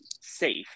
safe